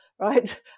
right